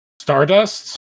Stardust